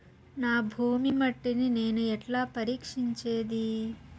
నా భూమి మట్టిని నేను ఎట్లా పరీక్షించేది?